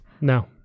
No